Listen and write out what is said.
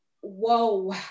whoa